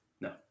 No